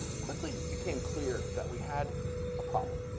quickly became clear that we had a problem.